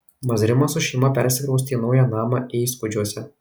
mazrimas su šeima persikraustė į naują namą eiskudžiuose